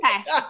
Okay